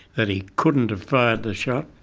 that he couldn't have fired the shot,